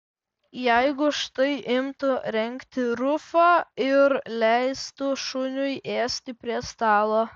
jeigu štai imtų rengti rufą ir leistų šuniui ėsti prie stalo